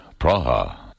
Praha